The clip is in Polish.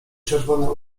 czerwone